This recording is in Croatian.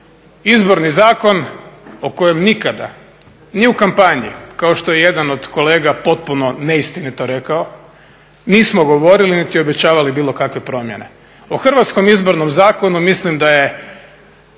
Izborni zakon o kojem nikada ni u kampanji, kao što je jedan od kolega potpuno neistinito rekao, nismo govorili niti obećavali bilo kakve promjene. O hrvatskom Izbornom zakonu mislim da je